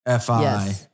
Fi